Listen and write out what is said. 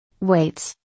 Weights